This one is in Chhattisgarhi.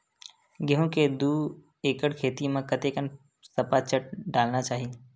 गेहूं के दू एकड़ खेती म कतेकन सफाचट डालना चाहि?